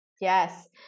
Yes